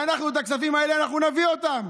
ואנחנו, את הכספים האלה, אנחנו נביא אותם,